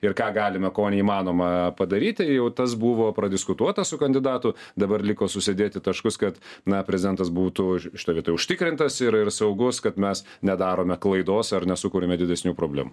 ir ką galime ko neįmanoma padaryti jau tas buvo pradiskutuota su kandidatų dabar liko susidėti taškus kad na prezidentas būtų už šitoj vietoj užtikrintas ir ir saugos kad mes nedarome klaidos ar nesukuriame didesnių problemų